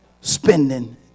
spending